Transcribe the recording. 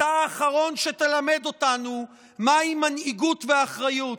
אתה האחרון שתלמד אותנו מהי מנהיגות ואחריות.